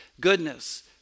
goodness